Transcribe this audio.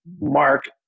Mark